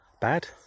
bad